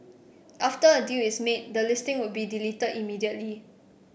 after a deal is made the listing would be deleted immediately